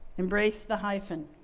embrace the hyphen.